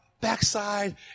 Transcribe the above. backside